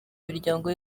imiryango